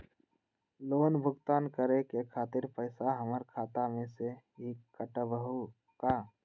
Loan भुगतान करे के खातिर पैसा हमर खाता में से ही काटबहु का?